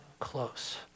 close